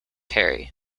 harry